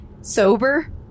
sober